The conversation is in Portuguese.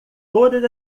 todas